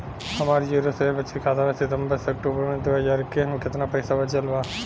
हमार जीरो शेष बचत खाता में सितंबर से अक्तूबर में दो हज़ार इक्कीस में केतना पइसा बचल बा?